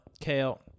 kale